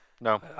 No